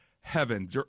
heaven